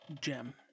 Gem